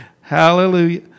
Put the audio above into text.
Hallelujah